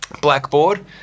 blackboard